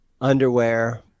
underwear